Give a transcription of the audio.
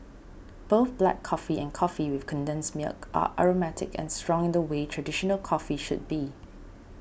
both black coffee and coffee with condensed milk are aromatic and strong in the way traditional coffee should be